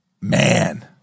man